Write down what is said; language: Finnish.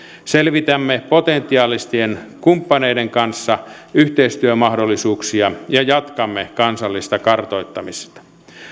selvitämme potentiaalisten kumppaneiden kanssa yhteistyömahdollisuuksia ja jatkamme kansallista kartoittamista